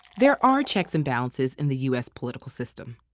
there are checks and balances in the u s. political system.